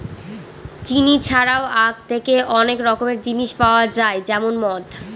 চিনি ছাড়াও আঁখ থেকে অনেক রকমের জিনিস পাওয়া যায় যেমন মদ